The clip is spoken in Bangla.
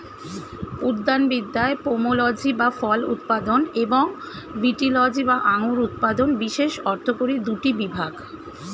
উদ্যানবিদ্যায় পোমোলজি বা ফল উৎপাদন এবং ভিটিলজি বা আঙুর উৎপাদন বিশেষ অর্থকরী দুটি বিভাগ